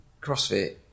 CrossFit